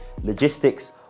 logistics